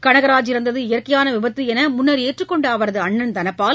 கனகராஜ் இறந்தது இயற்கையான விபத்து என்று முன்னர் ஏற்றுக்கொண்ட அவரது அண்ணன் தனபால்